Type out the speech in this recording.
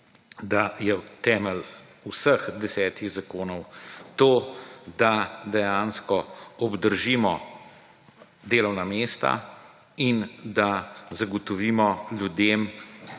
da je temelj vseh 10 zakonov to, da dejansko obdržimo delovna mesta in da zagotovimo ljudem